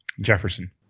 Jefferson